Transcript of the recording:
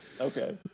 Okay